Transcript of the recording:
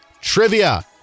trivia